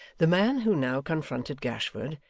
the man who now confronted gashford,